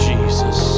Jesus